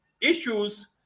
Issues